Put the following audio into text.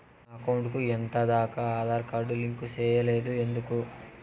నా అకౌంట్ కు ఎంత దాకా ఆధార్ కార్డు లింకు సేయలేదు ఎందుకు